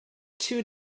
two